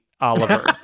Oliver